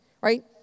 right